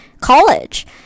college